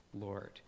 Lord